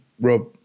Rob